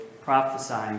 prophesying